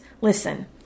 Listen